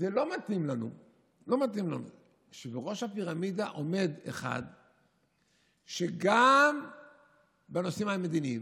זה לא מתאים לנו שבראש הפירמידה עומד אחד שגם בנושאים המדיניים,